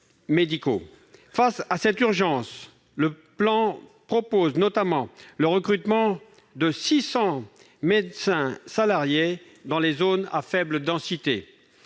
Face à cette urgence, le plan propose notamment le recrutement de 600 médecins salariés dans les zones à faible densité,